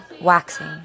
waxing